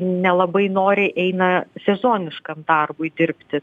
nelabai noriai eina sezoniškam darbui dirbti